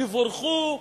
תבורכו,